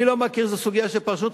אני לא מכיר שזו סוגיה של פרשנות,